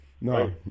No